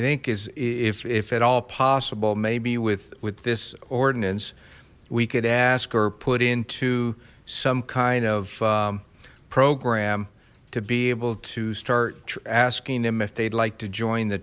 think is if at all possible maybe with with this ordinance we could ask or put into some kind of program to be able to start asking them if they'd like to join the